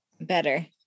better